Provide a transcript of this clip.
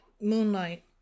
Moonlight